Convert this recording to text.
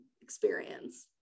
experience